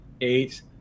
eight